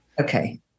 Okay